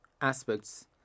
aspects